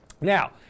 Now